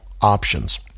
options